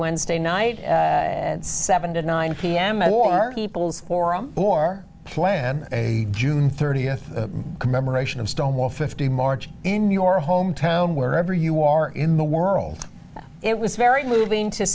wednesday night seven to nine pm or people's forum or plan a june thirtieth commemoration of stonewall fifty march in your hometown wherever you are in the world it was very being to